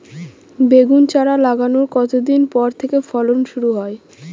বেগুন চারা লাগানোর কতদিন পর থেকে ফলন শুরু হয়?